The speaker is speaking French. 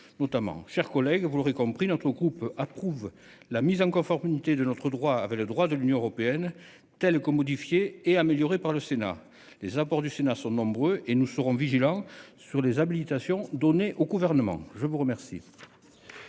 notamment. Chers collègues, vous l'aurez compris, notre groupe approuve la mise en conformité de notre droit avait le droit de l'Union européenne telle que modifiée et améliorée par le Sénat. Les abords du Sénat sont nombreux et nous serons vigilants sur les habilitations donné au gouvernement, je vous remercie.